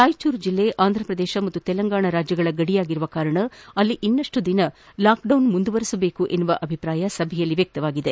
ರಾಯಚೂರು ಜಿಲ್ಲೆ ಆಂಧ್ರಪ್ರದೇಶ ಮತ್ತು ತೆಲಂಗಾಣ ರಾಜ್ಯಗಳ ಗಡಿಯಾಗಿರುವ ಕಾರಣ ಅಲ್ಲಿ ಇನ್ನಷ್ಟು ದಿನ ಲಾಕ್ಡೌನ್ ಮುಂದುವರಿಸಬೇಕೆಂಬ ಅಭಿಪ್ರಾಯ ಸಭೆಯಲ್ಲಿ ವ್ಯಕ್ತವಾಗಿದೆ